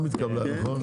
גם התקבלה, נכון.